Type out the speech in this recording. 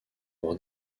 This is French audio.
avoir